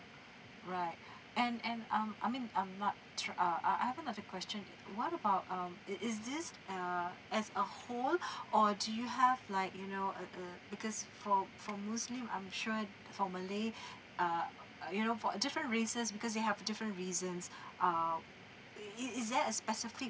right and and um I mean I'm not try uh I I have another question uh what about um is is this err as a whole or do you have like you know a uh because for for muslim I'm sure for malay err uh uh you know for different races because they have different reasons err is is is there uh specifically